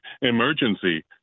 emergency